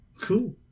Cool